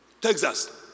Texas